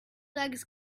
legs